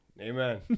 Amen